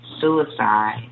suicide